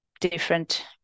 different